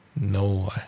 no